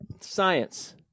science